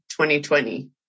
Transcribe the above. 2020